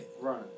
Right